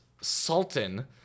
Sultan